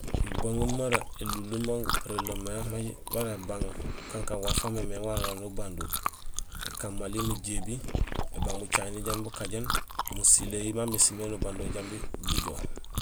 Mubaŋuum mara élunlum man gupurénlo mé wara ébang maal kankaan waaf wamémééŋ waan aan awaré abando. Ēkaan mali mujébi, ébang bucaŋéni jambi bukajéén, musileeyi ma mismé nubando jambi bujo